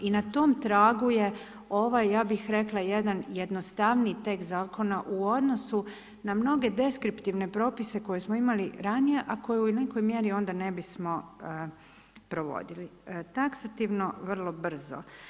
I na tom tragu je ovaj, ja bih rekla, jedan jednostavniji tekst zakona u odnosu na mnoge deskriptivne propise koje smo imali ranije, a koje u nekoj mjeri onda ne bismo provodili taksativno vrlo brzo.